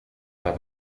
bei